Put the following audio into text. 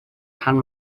pan